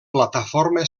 plataforma